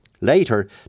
Later